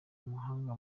umuhanga